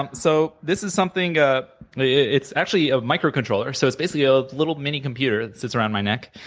um so this is something ah it's actually a micro controller, so it's, basically, a little minicomputer that sits around my neck